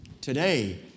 Today